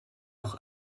noch